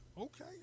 Okay